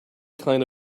kind